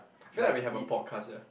feel like we have a podcast ya